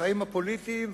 בחיים הפוליטיים,